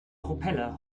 propeller